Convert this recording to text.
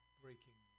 breaking